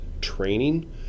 training